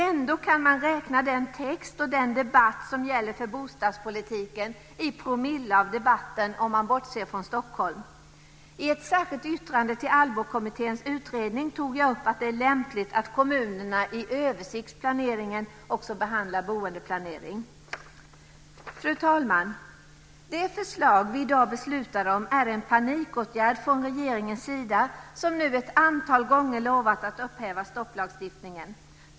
Ändå kan man räkna den text och den debatt som gäller för bostadspolitiken i promille av debatten om man bortser från Stockholm. I ett särskilt yttrande till Allbokommitténs utredning tog jag upp att det är lämpligt att kommunerna i översiktsplaneringen också behandlar boendeplanering. Fru talman! Det förslag vi i dag beslutar om är en panikåtgärd från regeringens sida, som nu ett antal gånger lovat att upphäva stopplagstiftningen.